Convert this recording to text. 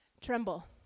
Tremble